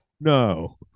No